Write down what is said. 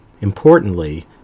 Importantly